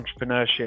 entrepreneurship